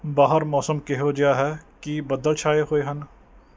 ਬਾਹਰ ਮੌਸਮ ਕਿਹੋ ਜਿਹਾ ਹੈ ਕੀ ਬੱਦਲ ਛਾਏ ਹੋਏ ਹਨ